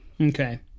okay